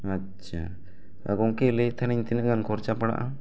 ᱟᱪᱪᱷᱟ ᱜᱚᱢᱠᱮ ᱞᱟᱹᱭᱮᱫ ᱛᱟᱦᱮᱱᱟᱹᱧ ᱛᱤᱱᱟᱜ ᱜᱟᱱ ᱠᱷᱚᱨᱪᱟ ᱯᱟᱲᱟᱜᱼᱟ